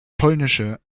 polnische